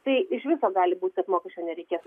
tai iš viso gali būt kad mokesčio nereikės